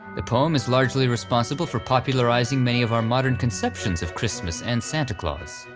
the poem is largely responsible for popularizing many of our modern conceptions of christmas and santa claus,